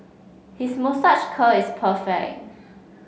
his moustache curl is perfect